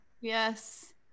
Yes